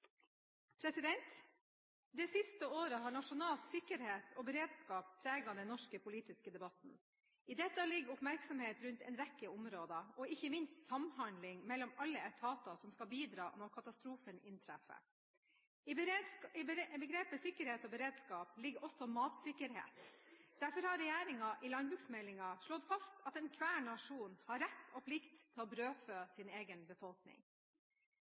Det siste året har nasjonal sikkerhet og beredskap preget den norske politiske debatten. I dette ligger oppmerksomhet rundt en rekke områder og ikke minst samhandling mellom alle etater som skal bidra når katastrofen inntreffer. I begrepet «sikkerhet og beredskap» ligger også matsikkerhet. Derfor har regjeringen i landbruksmeldingen slått fast at enhver nasjon har rett og plikt til å brødfø sin egen befolkning.